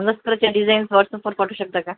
मंगळसूत्राच्या design व्हॉट्सपवर पाठवू शकता का